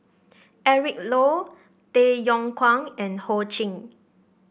Eric Low Tay Yong Kwang and Ho Ching